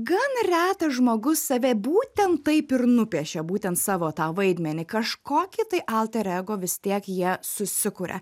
gan retas žmogus save būtent taip ir nupiešia būtent savo tą vaidmenį kažkokį tai alter ego vis tiek jie susikuria